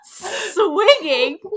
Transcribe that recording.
swinging